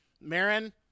Marin